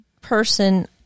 person